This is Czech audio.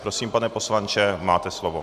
Prosím, pane poslanče, máte slovo.